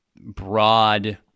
broad